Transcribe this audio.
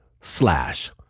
slash